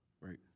Right